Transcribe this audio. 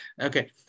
okay